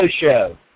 show